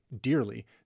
dearly